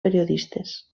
periodistes